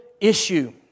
issue